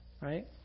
Right